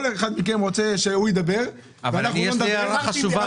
כל אחד מכם רוצה שהוא ידבר ואנחנו לא מדברים.